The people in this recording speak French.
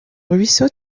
ruisseau